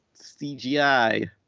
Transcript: CGI